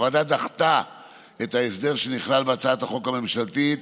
הוועדה דחתה את ההסדר שנכלל בהצעת החוק הממשלתית,